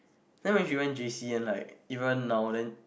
then when she went J_C and like even now then